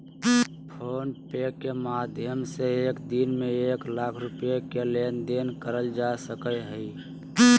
phone पे के माध्यम से एक दिन में एक लाख रुपया के लेन देन करल जा सको हय